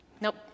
Nope